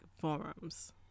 forums